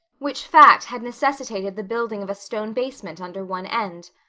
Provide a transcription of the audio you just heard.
which fact had necessitated the building of a stone basement under one end.